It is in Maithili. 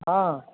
हऽ